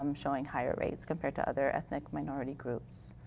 um showing higher rates. compared to other ethnic minority groups.